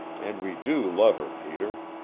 and we do love her, peter.